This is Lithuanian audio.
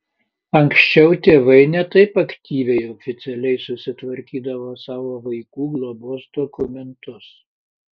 anksčiau tėvai ne taip aktyviai oficialiai susitvarkydavo savo vaikų globos dokumentus